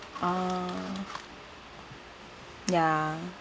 ah ya